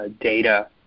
data